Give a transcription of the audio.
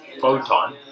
photon